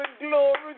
glory